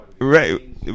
right